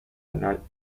anal